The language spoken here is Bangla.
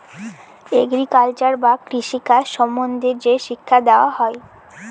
এগ্রিকালচার বা কৃষি কাজ সম্বন্ধে যে শিক্ষা দেওয়া হয়